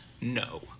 No